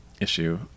issue